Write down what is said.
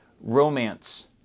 romance